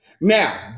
Now